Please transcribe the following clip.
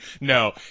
No